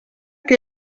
que